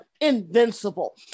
Invincible